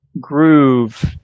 groove